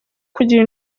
kugira